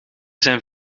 zijn